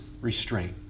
restraint